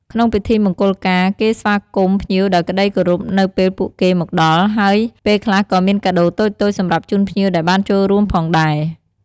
ក្នុងពិធីមង្គលការ គេស្វាគមន៍ភ្ញៀវដោយក្ដីគោរពនៅពេលពួកគេមកដល់ ហើយពេលខ្លះក៏មានកាដូតូចៗសម្រាប់ជូនភ្ញៀវដែលបានចូលរួមផងដែរ។